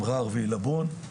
מרר ועילבון.